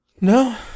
no